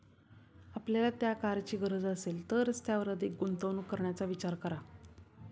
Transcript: आपल्याला त्या कारची गरज असेल तरच त्यावर अधिक गुंतवणूक करण्याचा विचार करा